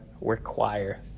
require